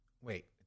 wait